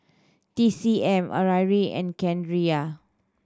T C M Arai and Carrera